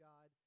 God